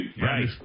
Right